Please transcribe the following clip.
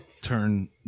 turn